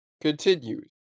continues